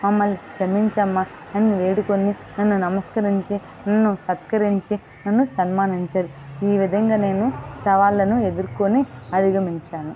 మమ్మల్ని క్షమించమ్మా అని వేడుకుని నన్ను నమస్కరించి నన్ను సత్కరించి నన్ను సన్మానించారు ఈ విధంగా నేను సవాళ్ళను ఎదుర్కొని అధిగమించాను